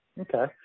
Okay